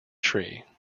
tree